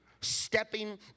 stepping